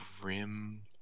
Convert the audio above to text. grim